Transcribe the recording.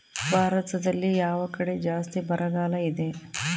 ಭಾರತದಲ್ಲಿ ಯಾವ ಕಡೆ ಜಾಸ್ತಿ ಬರಗಾಲ ಇದೆ?